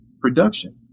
production